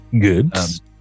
goods